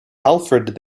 alfred